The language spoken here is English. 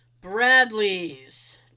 Bradley's